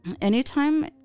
Anytime